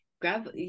grab